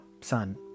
son